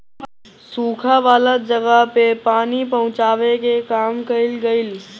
सुखा वाला जगह पे पानी पहुचावे के काम कइल गइल